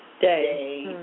day